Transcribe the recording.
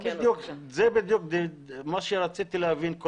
את זה בדיוק רציתי להבין.